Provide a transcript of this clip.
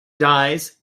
dies